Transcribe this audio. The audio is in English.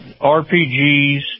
RPGs